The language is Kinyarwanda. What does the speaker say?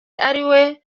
ariwe